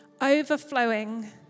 overflowing